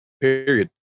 Period